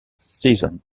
season